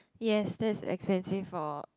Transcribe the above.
yes that is expensive for